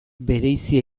bereizi